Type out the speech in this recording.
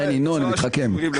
לכן ינון התחכם.